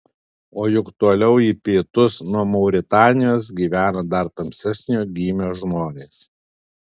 o juk toliau į pietus nuo mauritanijos gyvena dar tamsesnio gymio žmonės